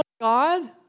God